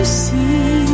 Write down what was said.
see